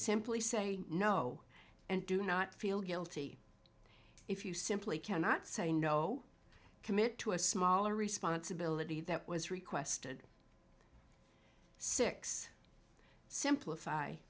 simply say no and do not feel guilty if you simply cannot say no commit to a smaller responsibility that was requested six simplify